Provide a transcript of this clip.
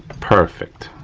perfect,